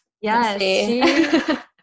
yes